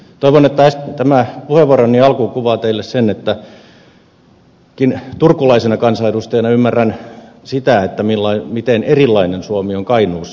toivon että tämä puheenvuoroni alku kuvaa teille sen että turkulaisena kansanedustajana ymmärrän sitä miten erilainen suomi on kainuussa